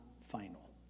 final